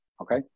Okay